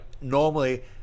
normally